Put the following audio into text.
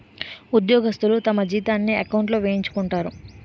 ఉద్యోగస్తులు తమ జీతాన్ని ఎకౌంట్లో వేయించుకుంటారు